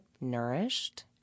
nourished